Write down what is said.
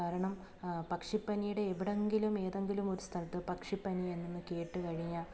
കാരണം പക്ഷിപ്പനിയുടെ എവിടെയെങ്കിലും ഏതെങ്കിലുമൊരു സ്ഥലത്ത് പക്ഷിപ്പനി എന്നൊന്ന് കെട്ടുകഴിഞ്ഞാൽ